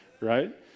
right